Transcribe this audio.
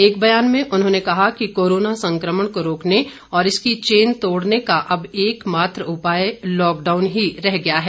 एक बयान में उन्होंने कहा कि कोरोना संकमण को रोकने और इसकी चेन तोड़ने का अब एक मात्र उपाय लॉकडाउन ही रह गया है